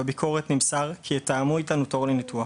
בביקורת נמסר כי יתאמו איתנו תור לניתוח.